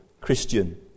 christian